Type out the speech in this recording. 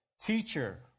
Teacher